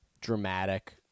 dramatic